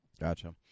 gotcha